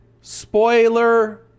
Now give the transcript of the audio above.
spoiler